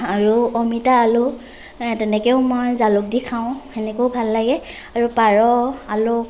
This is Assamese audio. আৰু অমিতা আলু তেনেকেও মই জালুক দি খাওঁ সেনেকেও ভাল লাগে আৰু পাৰ আলু